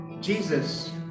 Jesus